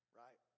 right